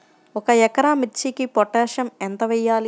ఒక ఎకరా మిర్చీకి పొటాషియం ఎంత వెయ్యాలి?